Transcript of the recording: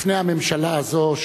לפני הממשלה הזאת,